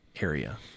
area